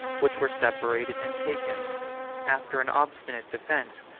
which were separated and taken after an obstinate defence,